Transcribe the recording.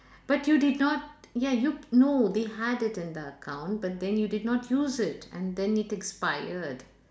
but you did not ya you no they had it in the account but then you did not use it and then it expired